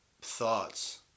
thoughts